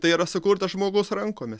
tai yra sukurta žmogaus rankomis